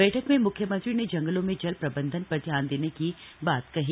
बैठक में मुख्यमंत्री ने जंगलों में जल प्रबंधन पर ध्यान देने की बात कही